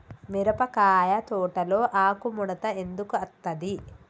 మిరపకాయ తోటలో ఆకు ముడత ఎందుకు అత్తది?